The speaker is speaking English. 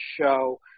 show